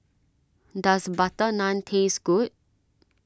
does Butter Naan taste good